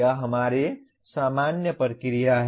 यह हमारी सामान्य प्रक्रिया है